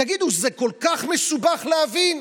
תגידו, זה כל כך מסובך להבין?